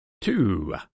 Two